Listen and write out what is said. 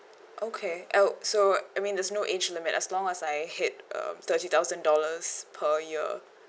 okay uh so I mean there's no age limit as long as I hit um thirty thousand dollars per year